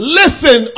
listen